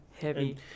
heavy